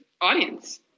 audience